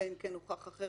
אלא אם כן הוכח אחרת,